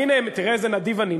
הנה, תראה איזה נדיב אני.